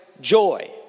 joy